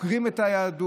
עוקרים את היהדות,